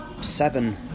seven